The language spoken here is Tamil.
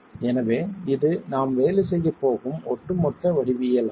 எனவே இது நாம் வேலை செய்யப் போகும் ஒட்டுமொத்த வடிவவியலாகும்